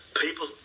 people